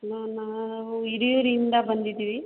ನಾವು ಹಿರಿಯೂರಿಂದ ಬಂದಿದ್ದೀವಿ